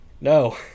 No